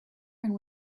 and